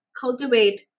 cultivate